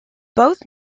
both